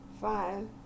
five